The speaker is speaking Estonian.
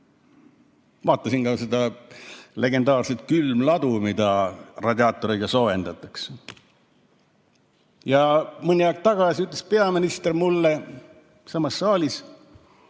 Vaatasin seda legendaarset külmladu, mida radiaatoriga soojendatakse. Mõni aeg tagasi ütles peaminister mulle siinsamas saalis,